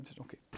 okay